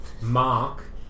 Mark